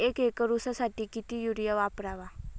एक एकर ऊसासाठी किती युरिया वापरावा?